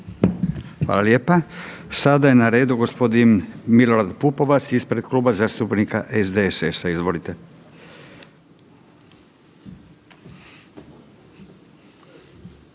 Hvala lijepa. Sada je na redu g. Milorad Pupovac ispred Kluba zastupnika SDSS-a, izvolite.